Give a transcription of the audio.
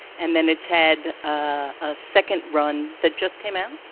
and then has had a second run that just came out